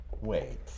Wait